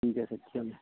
ঠিক আছে তেতিয়াহ'লে